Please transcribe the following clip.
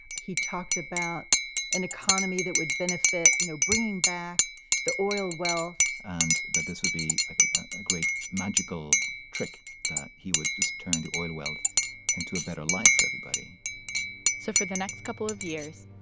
he talked about an economy that would benefit you know, bringing back the oil wealth and that this would be like ah a great magical trick that he would just turn the oil wealth into a better life for everybody so for the next couple of years,